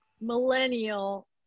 millennial